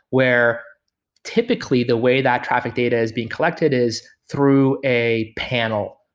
where typically the way that traffic data is being collected is through a panel.